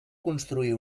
construir